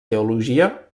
teologia